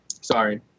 sorry